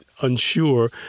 unsure